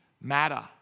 matter